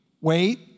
wait